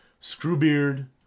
Screwbeard